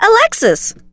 Alexis